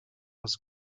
was